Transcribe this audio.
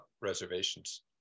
reservations